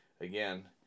again